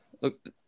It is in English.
Look